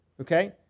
okay